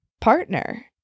partner